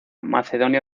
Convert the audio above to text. macedonia